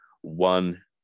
one